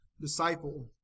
disciple